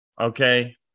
okay